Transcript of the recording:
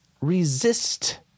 Resist